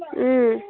ꯎꯝ